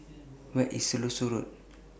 Where IS Siloso Road